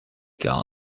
gar